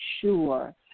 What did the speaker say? sure